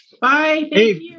Bye